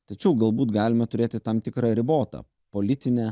tačiau galbūt galime turėti tam tikrą ribotą politinę